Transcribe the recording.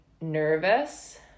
nervous